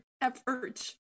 efforts